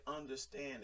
understand